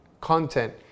content